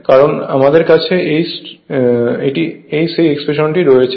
কারণ আমাদের কাছে এই সেই এক্সপ্রেশনটি রয়েছে